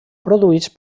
produïts